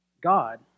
God